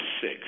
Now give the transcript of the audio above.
sick